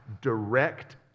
direct